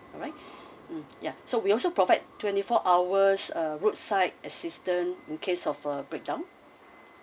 alright mm ya so we also provide twenty four hours uh roadside assistance in case of a breakdown